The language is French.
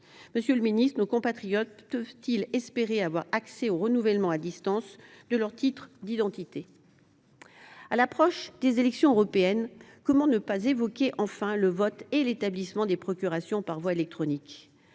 Monsieur le ministre, nos compatriotes peuvent ils espérer avoir accès au renouvellement à distance de leur titre d’identité ? À l’approche des élections européennes, comment ne pas évoquer enfin le vote et l’établissement des procurations par voie électronique ?